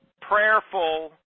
prayerful